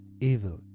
evil